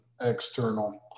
external